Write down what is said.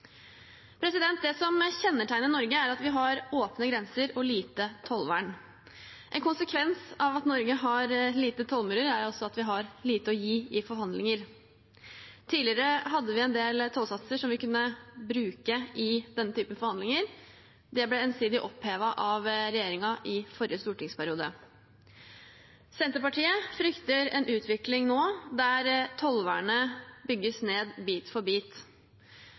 Det som kjennetegner Norge, er at vi har åpne grenser og lite tollvern. En konsekvens av at Norge har lite tollmurer, er at vi har lite å gi i forhandlinger. Tidligere hadde vi en del tollsatser som vi kunne bruke i denne typen forhandlinger. De ble ensidig opphevet av regjeringen i forrige stortingsperiode. Senterpartiet frykter nå en utvikling der tollvernet bygges ned bit for bit.